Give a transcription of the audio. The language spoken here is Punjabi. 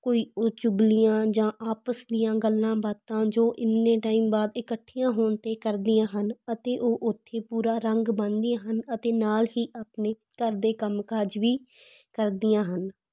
ਕੋਈ ਉਹ ਚੁਗਲੀਆਂ ਜਾਂ ਆਪਸ ਦੀਆਂ ਗੱਲਾਂ ਬਾਤਾਂ ਜੋ ਇੰਨੇ ਟਾਈਮ ਬਾਅਦ ਇਕੱਠੀਆਂ ਹੋਣ 'ਤੇ ਕਰਦੀਆਂ ਹਨ ਅਤੇ ਉਹ ਉੱਥੇ ਪੂਰਾ ਰੰਗ ਬੰਨ੍ਹਦੀਆਂ ਹਨ ਅਤੇ ਨਾਲ ਹੀ ਆਪਣੇ ਘਰ ਦੇ ਕੰਮ ਕਾਜ ਵੀ ਕਰਦੀਆਂ ਹਨ